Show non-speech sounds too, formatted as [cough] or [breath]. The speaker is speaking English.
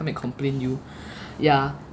come and complain you [breath] ya